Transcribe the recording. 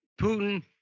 Putin